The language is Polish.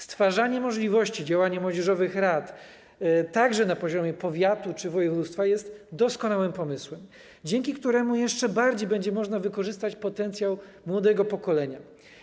Stwarzanie możliwości działania młodzieżowych rad także na poziomie powiatu czy województwa jest doskonałym pomysłem, dzięki któremu jeszcze bardziej będzie można wykorzystać potencjał młodego pokolenia.